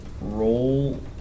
Roll